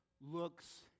looks